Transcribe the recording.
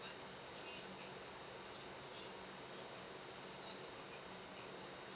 okay okay